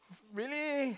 really